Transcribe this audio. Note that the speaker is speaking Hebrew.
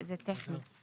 זה טכני.